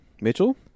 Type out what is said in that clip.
Mitchell